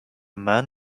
man